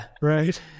Right